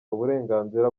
uburenganzira